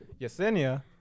Yesenia